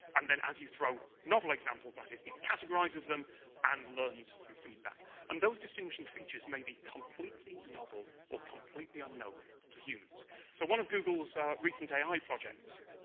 and then as you throw novel examples at it, it categorizes them and learns from feedback. and those distinguishing features may be completely novel or completely unknown to humans. so one of google's recent ai projects